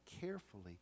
carefully